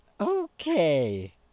Okay